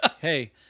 Hey